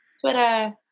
Twitter